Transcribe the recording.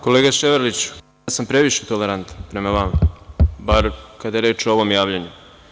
Kolega Ševarliću, ja sam previše tolerantan prema vama, bar kada je reč o ovom javljanju.